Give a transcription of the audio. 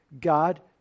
God